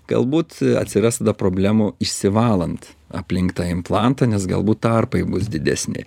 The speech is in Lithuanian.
galbūt atsiras problemų išsivalant aplink tą implantą nes galbūt tarpai bus didesni